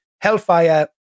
Hellfire